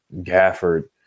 Gafford